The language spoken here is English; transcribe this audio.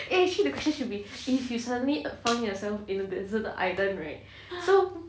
eh the question should be if you suddenly found yourself in a deserted island right so